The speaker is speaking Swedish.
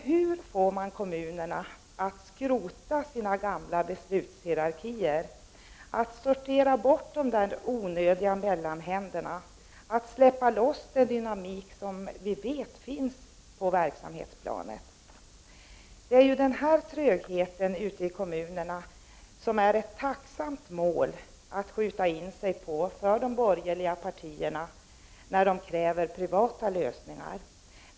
Hur får man kommunerna att skrota sina gamla beslutshierarkier, att sortera bort de onödiga mellanhänderna och släppa loss den dynamik som vi vet finns på verksamhetsplanet? Det är den här trögheten ute i kommunerna som är ett tacksamt mål för de borgerliga partierna att skjuta in sig på, när de kräver privata lösningar.